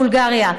בולגריה,